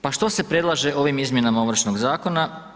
Pa što se predlaže ovim izmjenama Ovršnog zakona?